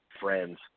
Friends